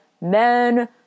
men